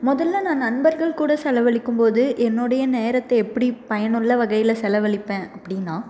முதல்ல நான் நண்பர்கள் கூட செலவழிக்கும் போது என்னுடைய நேரத்தை எப்படி பயனுள்ள வகையில செலவழிப்பேன் அப்படினா